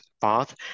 path